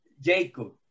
Jacob